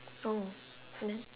oh and then